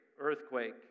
earthquake